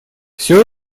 все